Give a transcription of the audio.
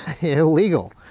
illegal